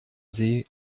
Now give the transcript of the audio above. see